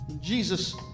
Jesus